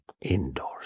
indoors